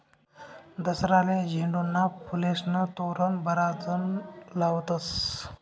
दसराले झेंडूना फुलेस्नं तोरण बराच जण लावतस